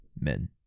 Men